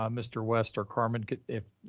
um mr. west or carmen could,